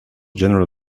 general